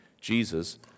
Jesus